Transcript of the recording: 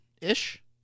ish